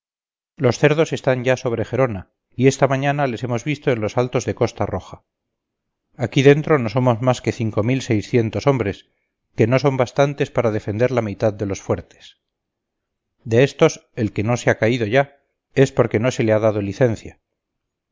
los cerdos están ya sobre gerona y esta mañana les hemos visto en los altos de costa roja aquí dentro no somos más que cinco mil seiscientos hombres que no son bastantes para defender la mitad de los fuertes de estos el que no se ha caído ya es porque no se le ha dado licencia